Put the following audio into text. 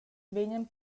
vegnan